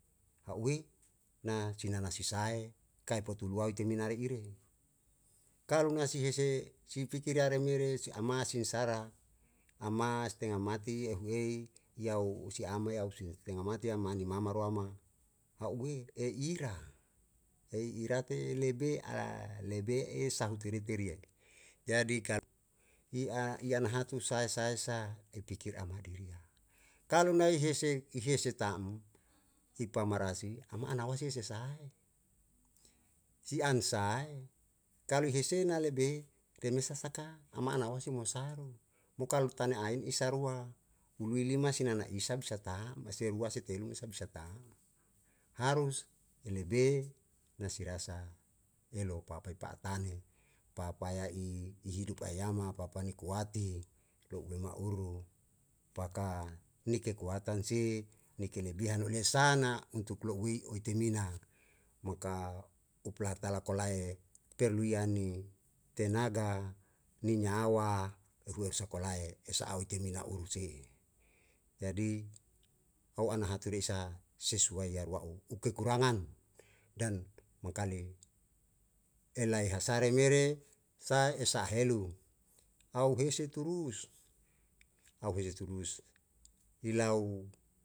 Hau'e na si nana si sae kae potulue oetemina re ire kalu na si hese si piti ria remere si ama singsara ama stenga mati ehu ei yau usi ama yau si u stenga mati a mani mama roa ma hau'e e ira ei ira te lebe ala lebe e sahu teri terie jadi i a ian hatu sae sae sa i pikir ama dirie kalu nae hese i hese ta'm i pamarasi ama anawa sie sie sahe si an sae kalo hiese na lebe pemesa saka ama anawa si mosaru mo kalu tane a im isa rua ului lima si nana isa bisa tam ese lua se telu me sa bisa tam harus lebe na si rasa elo papae pa'atane papaya i ihidup aeyama papae ni kuati ro'ue ma uru paka ni kekuatan si ni kelebihan une sana untuk lo'uei oetemina mo ka upu lahatala kolae perlu iani tenaga ni nyawa ehu er sa kolae esa a oetimina uruse'e jadi ao ana hature isa sesuai yaru wa'u u kekurangan dan mangkali elai hasare mere sa esa helu au hese turus au hese turus i lau.